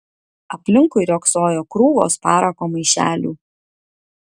aplinkui riogsojo krūvos parako maišelių